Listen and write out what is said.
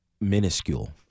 minuscule